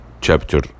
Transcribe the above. Chapter